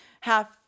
half